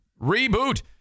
Reboot